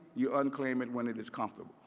you unclaim it when it is comfortable.